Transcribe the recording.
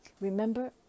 Remember